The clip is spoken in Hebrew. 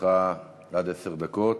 לרשותך עד עשר דקות.